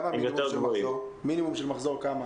מה המינימום של מחזור?